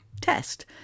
test